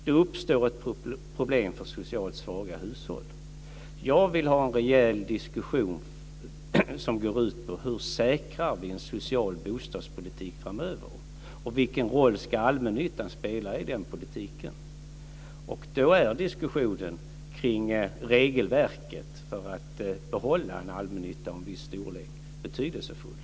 Det uppstår ett problem för socialt svaga hushåll. Jag vill ha en rejäl diskussion som går ut på: Hur säkrar vi en social bostadspolitik framöver, och vilken roll ska allmännyttan spela i den politiken? Då är diskussionen kring regelverket för att behålla en allmännytta av viss storlek betydelsefull.